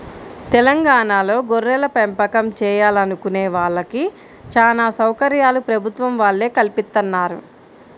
తెలంగాణాలో గొర్రెలపెంపకం చేయాలనుకునే వాళ్ళకి చానా సౌకర్యాలు ప్రభుత్వం వాళ్ళే కల్పిత్తన్నారు